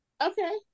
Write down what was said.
okay